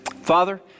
father